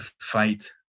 fight